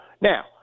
now